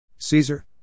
Caesar